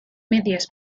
medias